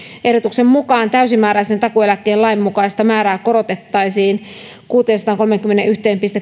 ehdotuksen mukaan täysimääräisen takuueläkkeen lainmukaista määrää korotettaisiin kuuteensataankolmeenkymmeneenyhteen